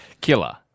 Killer